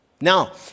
Now